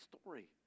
story